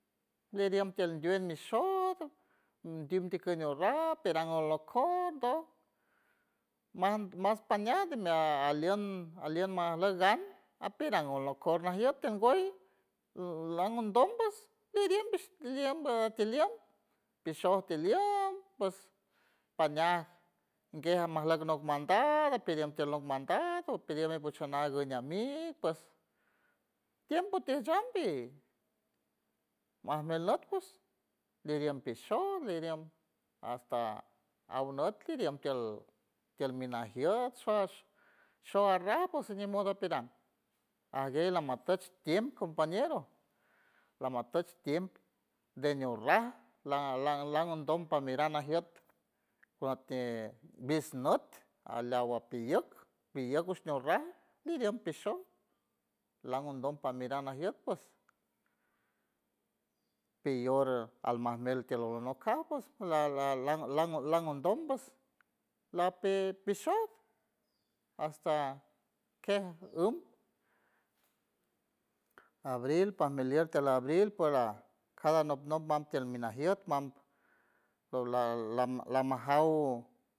Lidiem tiel nduelt mi shojt dimtikey ñurra pirang alokon doj ma mas pañaj de aliend aliend mas gan apirang alnocor najiet tiel ungüey langondom pues pidiem liem tiliem pishoj tiliem pss pañaj gue almajlack nop mandado pidiem tiel nop mandado pidiem puchuj nagush ami pss tiempo tishampi majmuel not pidiem pishon pidiem hasta awnot pidiem tiel minajiet showarrar ps ni modo pirang ajgue lamatuch tiempo compañero lamatuch tiempo de ñurra la- langondom par parmirang najiet porque bisnüt alawapillück pillück ngush nüt ñurrar pidiem pishon langondom parmiran najiet ps pillor almajmuelt tiel alonok tiel carro la- la- la- pishot hasta kej um abril pajmiliet tiel abril por a cada a nop nop mam tiel minajiet mam la- lamajaw